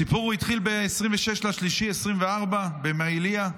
הסיפור התחיל ב-26 במרץ 2024 במעיליא.